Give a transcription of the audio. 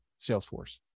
Salesforce